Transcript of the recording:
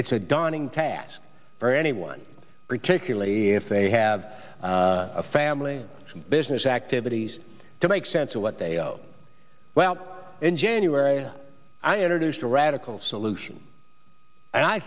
it's a daunting task for anyone particularly if they have a family business activities to make sense of what they know well in january i introduced a radical solution